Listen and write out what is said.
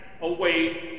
away